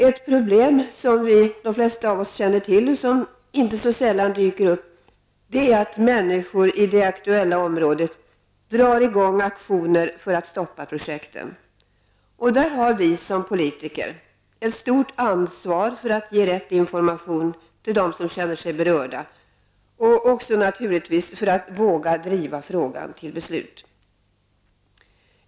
Ett problem som då inte så sällan dyker upp är att människor i det aktuella området drar i gång aktioner för att stoppa projekten. Där har vi som politiker ett stort ansvar för att ge rätt information till dem som känner sig berörda och också, naturligtvis, för att våga driva frågan till ett beslut.